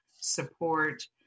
support